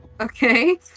Okay